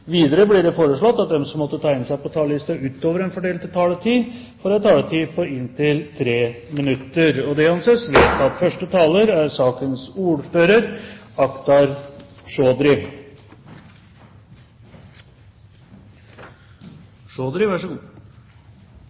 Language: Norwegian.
Videre blir det foreslått at de som måtte tegne seg på talerlisten utover den fordelte taletid, får en taletid på inntil 3 minutter. – Det anses vedtatt. I Soria Moria-erklæringen understreker vi at Regjeringens viktigste oppgave er